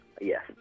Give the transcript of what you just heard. Yes